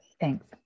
Thanks